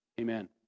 Amen